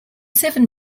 seven